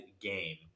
game